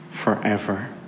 forever